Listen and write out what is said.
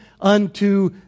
unto